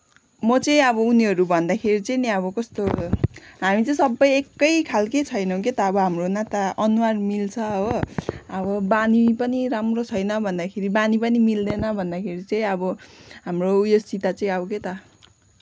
म चाहिँ अब उनीहरू भन्दाखेरि चाहिँ नि अब कस्तो हामी चाहिँ सबै एकैखालकै छैनौँ के त अब हाम्रो न त अनुहार मिल्छ हो अब बानी पनि राम्रो छैन भन्दाखेरि बानी पनि मिल्दैन भन्दाखेरि चाहिँ अब हाम्रो उयोसित चाहिँ अब के त